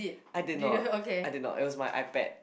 I did not I did not it was my iPad